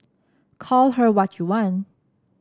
call her what you want